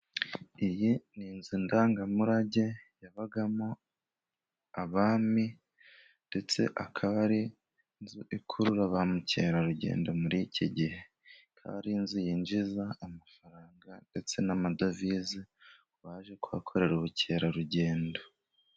Iyi ni inzu ndangamurage yabagamo abami, ndetse ikaba ikurura ba mukerarugendo muri iki gihe. Kandi inzu yinjiza amafaranga ndetse n’amadovize baje kuhakorera ubukerarugendo.